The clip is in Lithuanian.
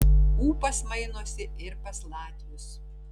ūpas mainosi ir pas latvius